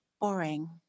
boring